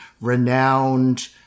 renowned